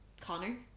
Connor